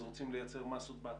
אז רוצים לייצר מסות בהתחילה,